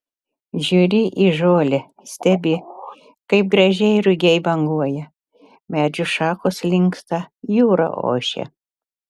žiūri į žolę stebi kaip gražiai rugiai banguoja medžių šakos linksta jūra ošia